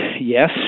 yes